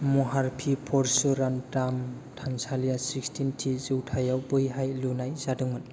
महारपि परशुराम धाम थानसालिया सिक्सटिनथि जौथायाव बैहाय लुनाय जादोंमोन